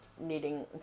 needing